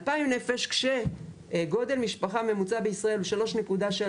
2,000 נפש כשגודל משפחה ממוצעת בישראל הוא 3.3